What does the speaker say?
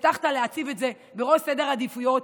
הבטחת להציב את זה בראש סדר העדיפויות,